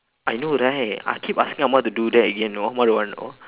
I know right I keep asking amma to do that again you know amma don't want you know